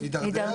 לא, לא, לא.